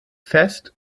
fest